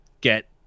get